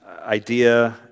idea